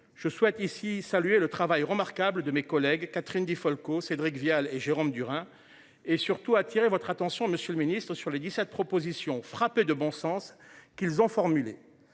Je souhaite ici saluer le travail remarquable de mes collègues, Catherine Di Folco, Cédric Vial et Jérôme Durain et surtout attirer votre attention Monsieur le Ministre, sur les 17 propositions frappée de bon sens qu'ils ont formulées.